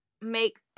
Make